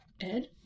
Ed